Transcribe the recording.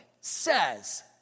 says